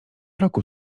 roku